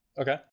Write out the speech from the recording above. Okay